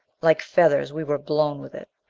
like feathers, we were blown with it.